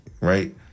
Right